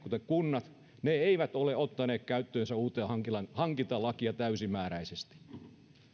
kunnat eivät ole ottaneet käyttöönsä uutta hankintalakia täysimääräisesti